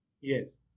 Yes